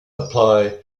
apply